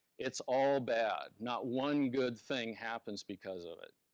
it's all bad. not one good thing happens because of it.